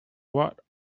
what